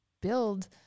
build